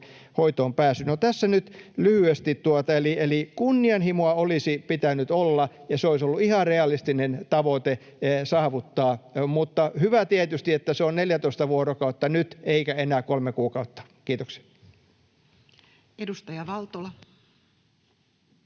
hoitoonpääsy. No, tässä nyt lyhyesti. Eli kunnianhimoa olisi pitänyt olla, ja se olisi ollut ihan realistinen tavoite saavuttaa. Mutta hyvä tietysti, että se on 14 vuorokautta nyt eikä enää kolme kuukautta. — Kiitoksia. Edustaja Valtola.